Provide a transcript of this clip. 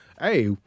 hey